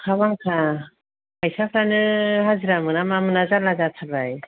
अखा बांखा फैसाफ्रानो हाजिरा मोना मा मोना जारला जाथारबाय